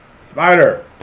Spider